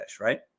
right